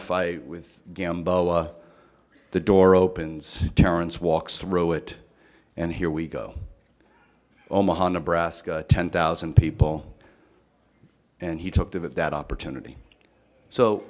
a fight with the door opens terrence walks through it and here we go omaha nebraska ten thousand people and he took to have that opportunity so